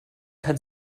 kann